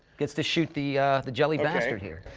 gets to shoot the the jelly bastard here.